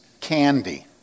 candy